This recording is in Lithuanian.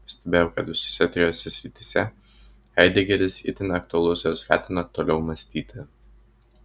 pastebėjau kad visose trijose srityse haidegeris itin aktualus ir skatina toliau mąstyti